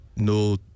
No